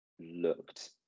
looked